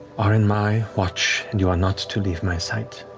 are in my watch, and you are not to leave my sight.